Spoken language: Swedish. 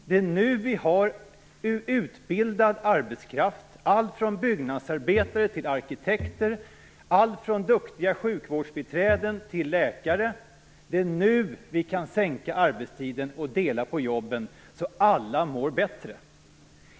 Det är nu vi har utbildad arbetskraft, allt från byggnadsarbetare till arkitekter, från duktiga sjukvårdsbiträden till läkare. Det är nu vi kan sänka arbetstiden och dela på jobben så att alla mår bättre.